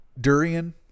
durian